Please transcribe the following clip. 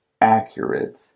accurate